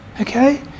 Okay